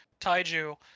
Taiju